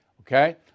Okay